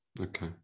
Okay